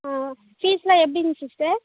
ஆ ஃபீஸெலாம் எப்படிங்க சிஸ்டர்